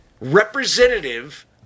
representative